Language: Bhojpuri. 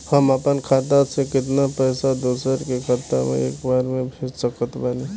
हम अपना खाता से केतना पैसा दोसरा के खाता मे एक बार मे भेज सकत बानी?